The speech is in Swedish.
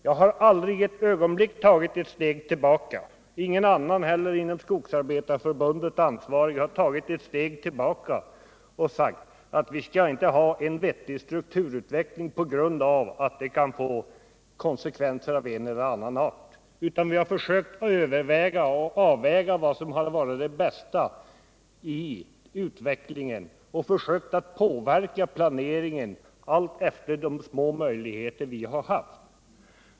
Varken jag eller någon annan inom Skogsarbetarförbundet ansvarig har tagit ett steg tillbaka och sagt att vi inte skall ha en vettig strukturutveckling på grund av de konsekvenser av en eller annan art som den skulle kunna få. Vi har med de små möjligheter som vi har haft 143 försökt avväga vad som varit det bästa och försökt påverka planeringen därefter.